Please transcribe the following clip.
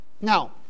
Now